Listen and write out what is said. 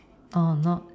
uh not